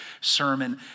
sermon